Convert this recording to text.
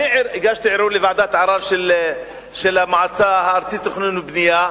אני הגשתי ערעור לוועדת הערר של המועצה הארצית לתכנון ובנייה,